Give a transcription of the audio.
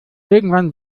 irgendwann